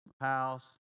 house